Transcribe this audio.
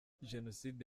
jenoside